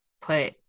put